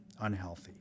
unhealthy